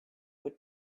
would